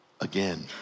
again